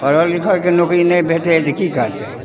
पढ़ल लिखलके नौकरी नहि भेटै हइ तऽ की करतै